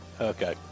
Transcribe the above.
Okay